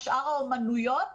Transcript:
שאר האמנויות,